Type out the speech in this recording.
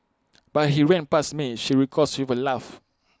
but he ran past me she recalls with A laugh